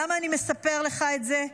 למה אני מספר לך את זה?